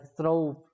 throw